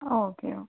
okay okay